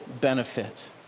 benefit